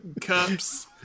Cups